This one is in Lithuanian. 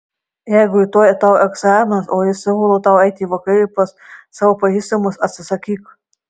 jeigu rytoj tau egzaminas o jis siūlo tau eiti į vakarėlį pas savo pažįstamus atsisakyk